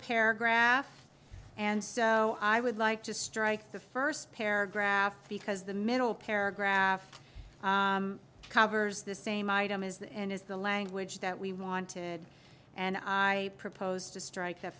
paragraph and so i would like to strike the first paragraph because the middle paragraph covers the same item is the end is the language that we wanted and i proposed to strike